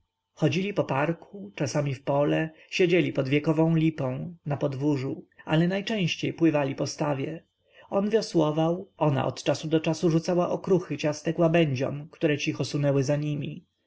chodzili po parku czasem w pole siedzieli pod wiekową lipą na podwórzu ale najczęściej pływali po stawie on wiosłował ona od czasu do czasu rzucała okruchy ciastek łabędziom które cicho sunęły za nimi